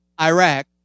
Iraq